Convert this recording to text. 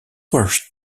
was